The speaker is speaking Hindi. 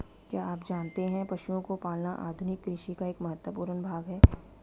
क्या आप जानते है पशुओं को पालना आधुनिक कृषि का एक महत्वपूर्ण भाग है?